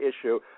issue